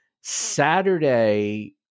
Saturday